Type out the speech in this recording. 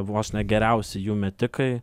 vos ne geriausi jų metikai